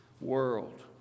World